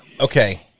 Okay